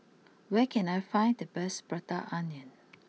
where can I find the best Prata Onion